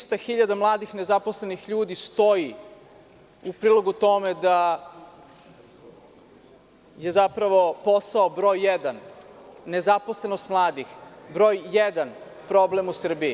Trista hiljada mladih nezaposlenih ljudi stoji u prilogu tome da je zapravo posao broj jedan, nezaposlenost mladih je broj jedan problem u Srbiji.